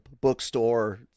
bookstore